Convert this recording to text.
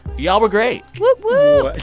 y'all were great whoo whoo,